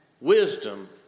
wisdom